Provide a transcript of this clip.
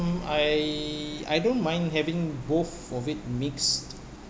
I I don't mind having both of it mixed